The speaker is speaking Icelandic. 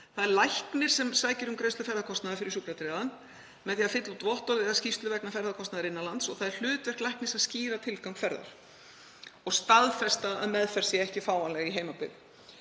Læknir sækir um greiðslu ferðakostnaðar fyrir sjúkratryggðan með því að fylla út vottorð eða skýrslu vegna ferðakostnaðar innan lands og það er hlutverk læknis að skýra tilgang ferðar og staðfesta að meðferð sé ekki fáanleg í heimabyggð.